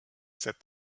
said